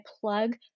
plug